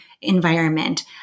environment